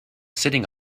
sitting